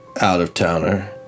out-of-towner